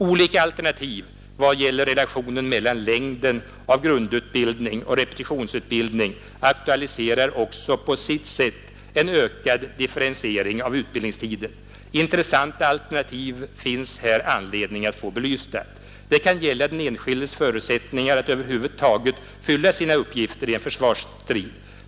Olika alternativ vad gäller relationen mellan längden av grundutbildning och repetitionsutbildning aktualiserar också på sitt sätt en ökad differentiering av utbildningstiden. Intressanta alternativ finns här anledning att få belysta. Det kan gälla den enskildes förutsättningar att över huvud taget fylla sina uppgifter i en försvarsstrid.